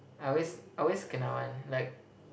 I always I always kena one like